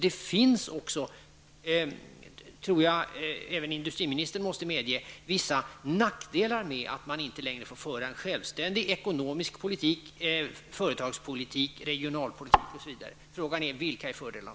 Det finns alltså -- det måste även industriministern medge -- vissa nackdelar med att man inte längre får föra en självständig ekonomisk politik, företagspolitik, regionalpolitik osv. Frågan är: Vilka är fördelarna?